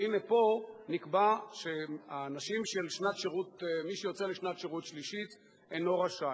והנה פה נקבע שמי שיוצא לשנת שירות שלישית אינו זכאי.